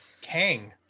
Kang